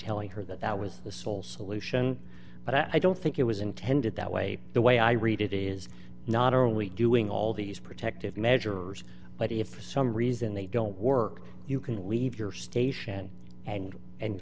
telling her that that was the sole solution but i don't think it was intended that way the way i read it is not only doing all these protective measures but if for some reason they don't work you can leave your station and and